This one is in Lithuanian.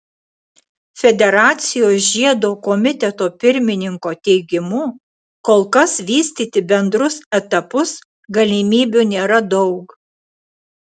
federacijos žiedo komiteto pirmininko teigimu kol kas vystyti bendrus etapus galimybių nėra daug